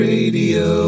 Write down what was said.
Radio